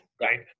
right